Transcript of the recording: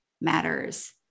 matters